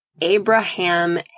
Abraham